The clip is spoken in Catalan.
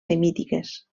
semítiques